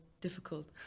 difficult